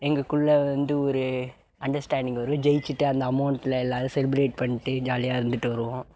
எங்களுக்குள்ள வந்து ஒரு அண்டர்ஸ்டாண்ட்டிங் வரும் ஜெயிச்சுட்டு அந்த அமௌண்டில் எல்லோரும் செலிப்ரேட் பண்ணிவிட்டு ஜாலியாக இருந்துட்டு வருவோம்